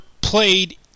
played